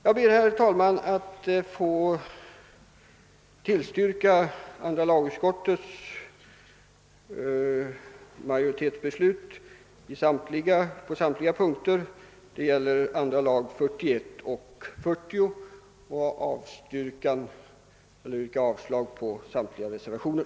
Jag ber, herr talman, att få tillstyrka andra Jlagutskottets två utlåtanden på samtligt punkter och yrkar avslag på samtliga till dessa fogade reservationer.